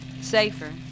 Safer